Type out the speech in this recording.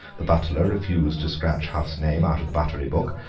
the butler refused to scratch hough's name out of the buttery book,